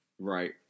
Right